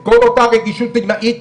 את כל אותה רגישות עילאית,